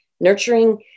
Nurturing